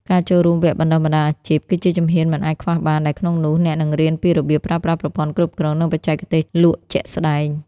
ការចូលរួម "វគ្គបណ្ដុះបណ្ដាលអាជីព" គឺជាជំហានមិនអាចខ្វះបាន ដែលក្នុងនោះអ្នកនឹងរៀនពីរបៀបប្រើប្រាស់ប្រព័ន្ធគ្រប់គ្រង និងបច្ចេកទេសលក់ជាក់ស្ដែង។